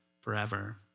forever